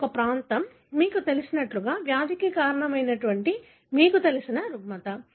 ఇది ఒక ప్రాంతం మీకు తెలిసినట్లుగా వ్యాధికి కారణమైన మీకు తెలిసిన రుగ్మత